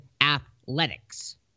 Athletics